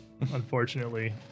unfortunately